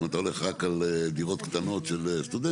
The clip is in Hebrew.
אם אתה הולך רק על דירות קטנות של סטודנטים,